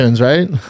right